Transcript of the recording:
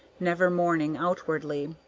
never mourning outwardly.